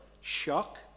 shock